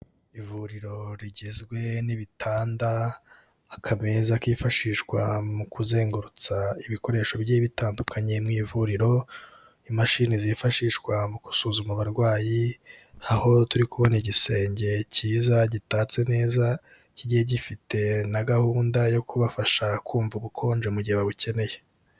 Ivuriro rigizwe n'ibitanda akameza kifashishwa mu kuzengurutsa ibikoresho bigiye bitandukanye mu ivuriro, imashini zifashishwa mu gusuzuma abarwayi, aho turi kubona igisenge cyiza gitatse neza, kigiye gifite na gahunda yo kubafasha kumva ubukonje mu gihe babukeneye.